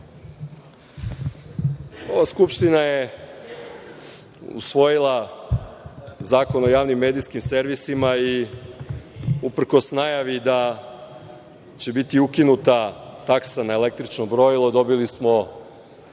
Ova Skupština je usvojila Zakon o javnim medijskim servisima i uprkos najavi da će biti ukinuta taksa na električno brojilo, dobili smo